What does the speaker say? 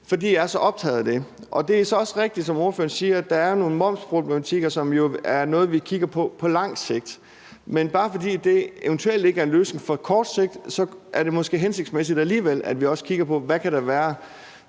fordi jeg er så optaget af det. Det er så også rigtigt, som ordføreren siger, at der er nogle momsproblematikker, som jo er noget, vi kigger på på lang sigt. Men bare fordi det eventuelt ikke er en løsning på kort sigt, er det måske alligevel hensigtsmæssigt, at vi også kigger på, hvad der kan være